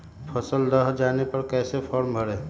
फसल दह जाने पर कैसे फॉर्म भरे?